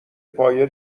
پایه